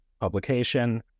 publication